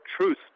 truth